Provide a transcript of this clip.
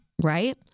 right